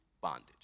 bondage